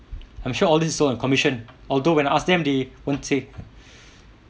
I'm sure all this sold on commission although when I ask them they won't say